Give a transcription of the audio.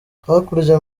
hakurya